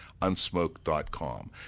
Unsmoke.com